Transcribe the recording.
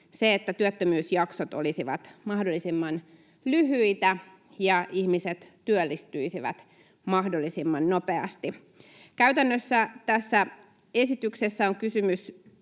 se, että työttömyysjaksot olisivat mahdollisimman lyhyitä ja ihmiset työllistyisivät mahdollisimman nopeasti. Käytännössä tässä esityksessä on kysymys